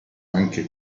anche